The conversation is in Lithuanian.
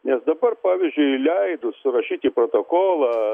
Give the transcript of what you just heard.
nes dabar pavyzdžiui leidus surašyti protokolą